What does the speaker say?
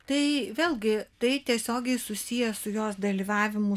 tai vėlgi tai tiesiogiai susiję su jos dalyvavimu